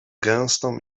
gęstą